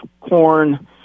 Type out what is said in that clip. corn